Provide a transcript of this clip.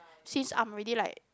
since I'm already like